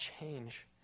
change